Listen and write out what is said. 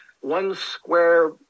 one-square